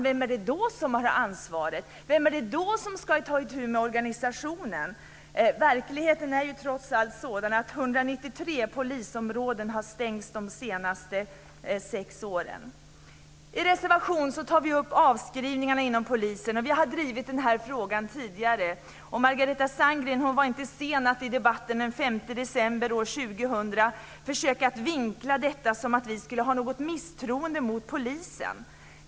Vem är det då som har ansvaret? Vem är det då som ska ta itu med organisationen? Verkligheten är trots allt sådan att 193 polisområden har stängts de senaste sex åren. I en reservation tar vi upp avskrivningarna inom polisen. Vi har drivit den frågan tidigare. Margareta Sandgren var inte sen att i debatten den 5 december år 2000 försöka vinkla detta som att vi skulle ha ett misstroende mot polisen.